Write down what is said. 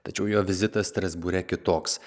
tačiau jo vizitas strasbūre kitoks